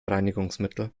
reinigungsmittel